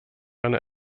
eine